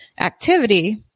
activity